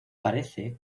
parece